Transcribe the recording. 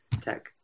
tech